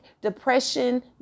depression